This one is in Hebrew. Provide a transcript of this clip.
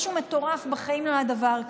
משהו מטורף, בחיים לא היה דבר כזה.